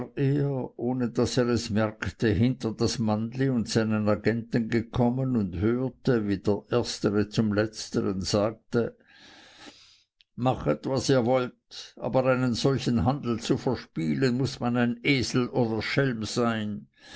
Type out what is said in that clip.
ohne daß er es merkte hinter das mannli und seinen agenten gekommen und hörte wie der erstere zum letzteren sagte machet was ihr wollt aber einen solchen handel zu verspielen muß man ein esel oder schelm sein